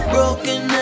Broken